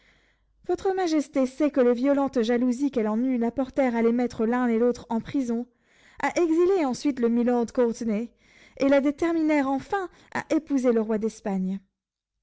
votre majesté sait que les violentes jalousies qu'elle en eut la portèrent à les mettre l'un et l'autre en prison à exiler ensuite le milord courtenay et la déterminèrent enfin à épouser le roi d'espagne